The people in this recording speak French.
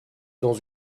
dans